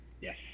Yes